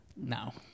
No